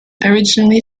originally